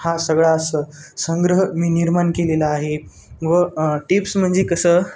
हा सगळा असं संग्रह मी निर्माण केलेला आहे व टिप्स म्हणजे कसं